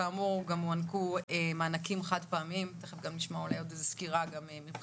כאמור גם הוענקו מענקים חד פעמיים תכף אולי נשמע עוד איזו סקירה מאלי.